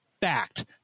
fact